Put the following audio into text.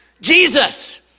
Jesus